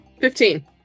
Fifteen